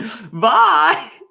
Bye